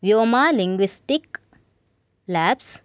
Vyoma linguistic labs